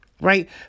Right